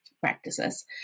practices